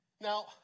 Now